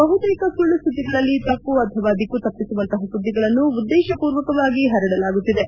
ಬಹುತೇಕ ಸುಳ್ಳು ಸುದ್ದಿಗಳಲ್ಲಿ ತಪ್ಪು ಅಥವಾ ದಿಕ್ಕು ತಪ್ಪಿಸುವಂತಹ ಸುದ್ದಿಗಳನ್ನು ಉದ್ದೇಶಪೂರ್ವಕವಾಗಿ ಹರಡಲಾಗುತ್ತಿದೆ